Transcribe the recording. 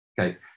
Okay